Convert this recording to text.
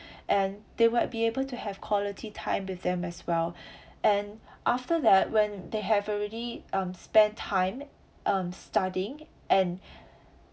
and they will be able to have quality time with them as well and after that when they have already um spent time um studying and